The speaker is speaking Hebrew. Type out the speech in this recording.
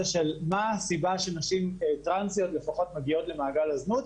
מה הסיבה שנשים טרנסיות מגיעות למעגל הזנות,